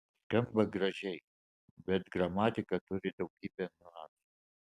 skamba gražiai bet gramatika turi daugybę niuansų